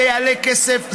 זה יעלה כסף,